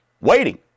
waiting